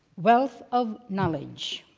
wealth of knowledge.